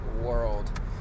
world